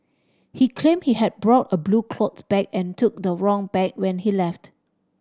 he claimed he had brought a blue cloth bag and took the wrong bag when he left